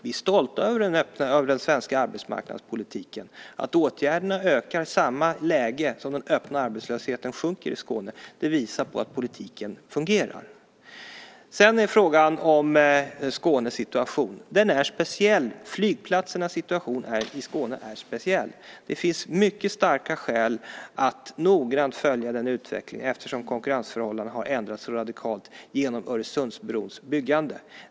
Vi är stolta över den svenska arbetsmarknadspolitiken. Att åtgärderna ökar i samma läge som den öppna arbetslösheten sjunker i Skåne visar att politiken fungerar. Sedan har vi frågan om Skånes situation. Den är speciell. Flygplatsernas situation i Skåne är speciell. Det finns mycket starka skäl att noggrant följa denna utveckling eftersom konkurrensförhållandena har ändrats så radikalt genom Öresundsbrons byggande.